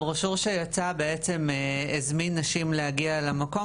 הברושור שיצא בעצם הזמין נשים להגיע למקום,